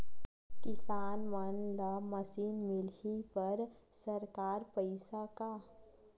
किसान मन ला मशीन मिलही बर सरकार पईसा का?